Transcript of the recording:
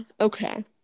Okay